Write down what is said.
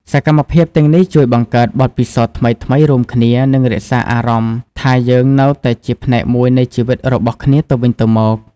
សកម្មភាពទាំងនេះជួយបង្កើតបទពិសោធន៍ថ្មីៗរួមគ្នា និងរក្សាអារម្មណ៍ថាយើងនៅតែជាផ្នែកមួយនៃជីវិតរបស់គ្នាទៅវិញទៅមក។